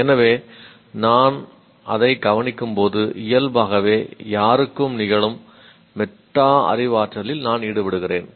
எனவே நான் அதைக் கவனிக்கும்போது இயல்பாகவே எல்லோரையும் போல நிகழும் மெட்டா அறிவாற்றலில் நான் ஈடுபடுகிறேன்